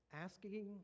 Asking